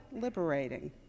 liberating